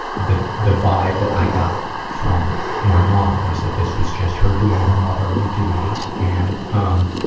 the the vibe that i got from my mom, was that this was just her doing her motherly duties and um,